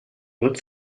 wird